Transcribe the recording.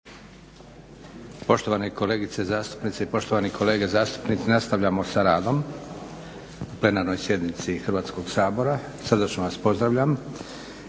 Poštovane kolegice zastupnice i poštovani kolege zastupnici nastavljamo sa radom na plenarnoj sjednici Hrvatskog sabora. Srdačno vas pozdravljam.